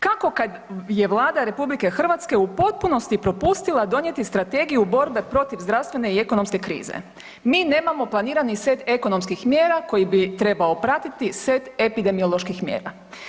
Kako kad je Vlada RH u potpunosti propustila donijeti strategiju borbe protiv zdravstvene i ekonomske krize, mi nemamo planirani set ekonomskih mjera koji bi trebao pratiti set epidemioloških mjera.